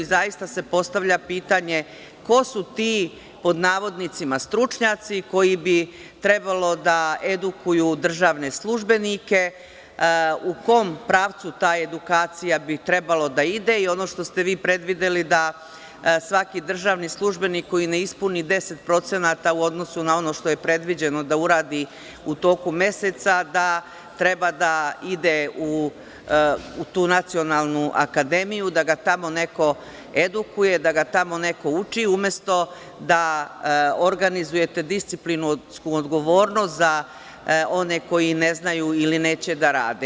Zaista se postavlja pitanje ko su ti, pod navodnicima, stručnjaci koji bi trebalo da edukuju državne službenike, u kom pravcu bi ta edukacija trebalo da ide, i ono što ste vi predvideli da svaki državni službenik koji ne ispuni 10% u odnosu na ono što je predviđeno da uradi u toku meseca, da treba da ide u tu nacionalnu akademiju, da ga tamo neko edukuje, da ga tamo neko uči, umesto da organizujete disciplinsku odgovornost za one koji ne znaju, ili neće da rade.